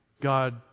God